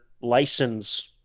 license